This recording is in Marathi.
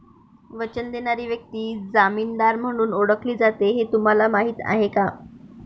वचन देणारी व्यक्ती जामीनदार म्हणून ओळखली जाते हे तुम्हाला माहीत आहे का?